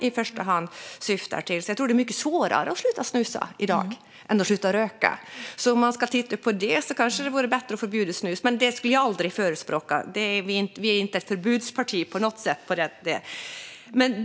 Därför är det nog svårare att sluta snusa än att sluta röka. Ser man det så vore det kanske bättre att förbjuda snus. Men det skulle vi aldrig förespråka, för vi är inget förbudsparti. Fru talman!